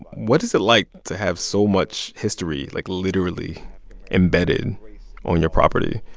what is it like to have so much history, like, literally embedded on your property?